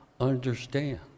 understand